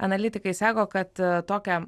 analitikai sako kad tokią